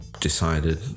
decided